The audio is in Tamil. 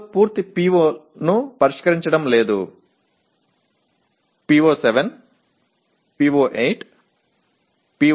எனவே ஏற்கனவே நாங்கள் படிப்புகளில் முழு PO1 ஐ உரையாற்றவில்லை